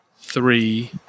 three